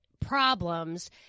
problems